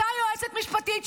אותה יועצת משפטית,